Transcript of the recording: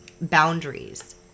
Boundaries